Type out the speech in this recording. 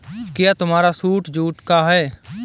क्या तुम्हारा suit jute का है?